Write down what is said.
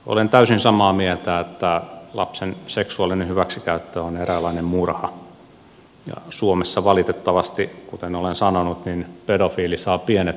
olen täysin samaa mieltä että lapsen seksuaalinen hyväksikäyttö on eräänlainen murha ja suomessa valitettavasti kuten olen sanonut pedofiili saa pienet sakot ja uhri elinkautisen